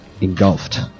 engulfed